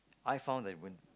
I found that when